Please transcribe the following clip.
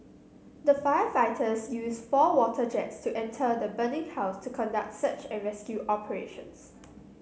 the firefighters use four water jets to enter the burning house to conduct search and rescue operations